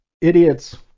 idiots